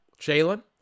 Jalen